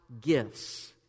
gifts